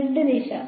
Z ദിശ